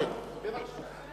עכשיו אני אשיב לך.